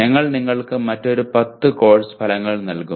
ഞങ്ങൾ നിങ്ങൾക്ക് മറ്റൊരു 10 കോഴ്സ് ഫലങ്ങൾ നൽകും